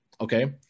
okay